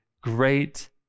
great